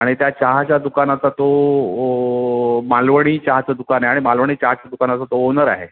आणि त्या चहाच्या दुकानाचा तो मालवणी चहाचं दुकान आहे आणि मालवणी चहाचं दुकानाचा तो ओनर आहे